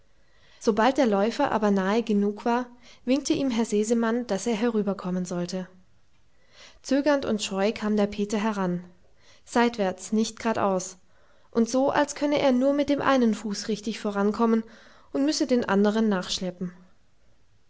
sobald der läufer aber nahe genug war winkte ihm herr sesemann daß er herüberkommen sollte zögernd und scheu kam der peter heran seitwärts nicht gradaus und so als könne er nur mit dem einen fuß richtig vorankommen und müsse den andern nachschleppen